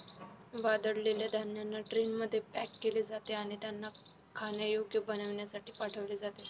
वाळलेल्या धान्यांना ट्रेनमध्ये पॅक केले जाते आणि त्यांना खाण्यायोग्य बनविण्यासाठी पाठविले जाते